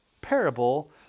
parable